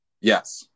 Yes